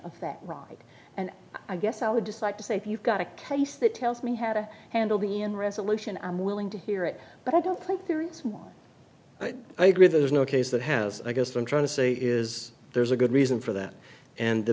that ride and i guess i would just like to say if you've got a case that tells me how to handle being in resolution i'm willing to hear it but i don't think there is one but i agree there's no case that has i guess i'm trying to say is there's a good reason for that and the